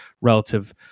relative